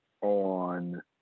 on